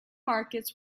markets